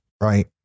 right